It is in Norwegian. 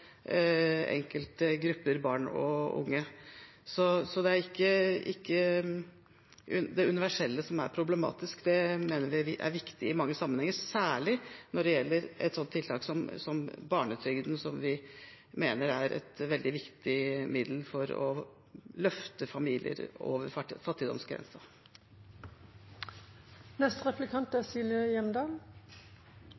grupper av barn og unge. Det er ikke det universelle som er problematisk, for det mener vi er viktig i mange sammenhenger, særlig når det gjelder et tiltak som barnetrygden, som vi mener er et veldig viktig middel for å løfte familier over fattigdomsgrensen. SV understreker at kamp mot barnefattigdom er